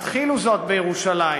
התחילו זאת בירושלים,